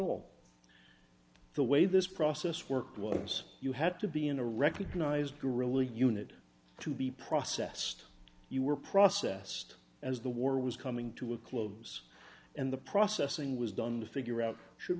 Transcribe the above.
all the way this process work was you had to be in a recognized guerrilla unit to be processed you were processed as the war was coming to a close and the processing was done to figure out should